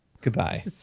Goodbye